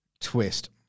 Twist